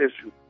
issue